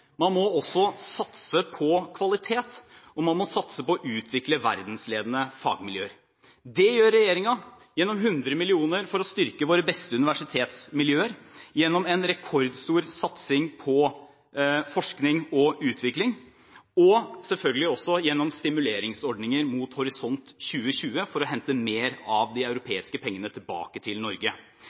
Man må også satse på kvalitet, og man må satse på å utvikle verdensledende fagmiljøer. Det gjør regjeringen – gjennom 100 mill. kr for å styrke våre beste universitetsmiljøer, gjennom en rekordstor satsing på forskning og utvikling, og selvfølgelig også gjennom stimuleringsordninger mot Horisont 2020 for å hente mer av de europeiske pengene tilbake til Norge.